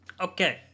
Okay